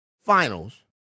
finals